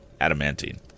adamantine